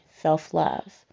self-love